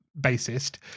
bassist